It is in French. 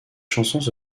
chansons